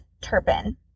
Turpin